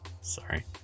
Sorry